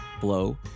Blow